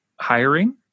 hiring